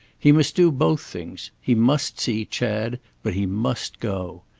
he must do both things he must see chad, but he must go.